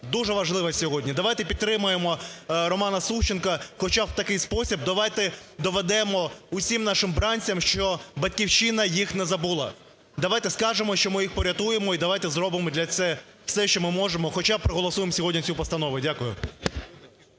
дуже важлива сьогодні. Давайте підтримаємо Романа Сущенка хоча б в такий спосіб, давайте доведемо усім нашим бранцям, що Батьківщина їх не забула. Давайте скажемо, що ми їх порятуємо і давайте зробимо для цього все, що ми можемо, хоча б проголосуємо сьогодні цю постанову. Дякую.